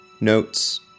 notes